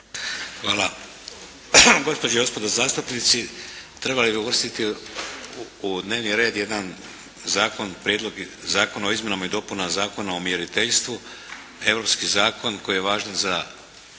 Hvala. Gospođe i gospodo zastupnici, trebali bi uvrstiti u dnevni red jedan Zakon, Prijedlog zakona o izmjenama i dopunama Zakona o mjeriteljstvu, europski zakon koji je važan za